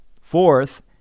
Fourth